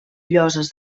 lloses